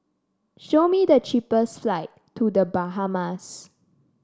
show me the cheapest flight to The Bahamas